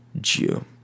Jew